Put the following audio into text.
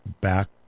back